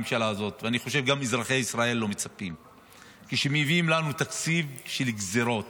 כי שר מגיע לריאיון טלוויזיוני ולא מצליח להגיד כמה נרצחים.